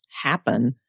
happen